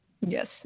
Yes